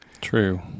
True